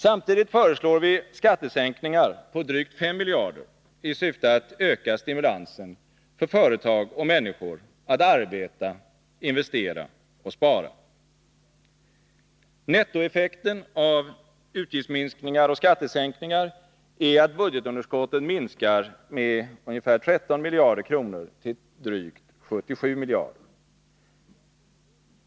Samtidigt föreslår vi skattesänkningar på drygt 5 miljarder kronor i syfte att öka stimulansen för företag och människor att arbeta, investera och spara. Nettoeffekten av utgiftsminskningar och skattesänkningar är att budgetunderskottet minskar med ungefär 13 miljarder kronor till drygt 77 miljarder.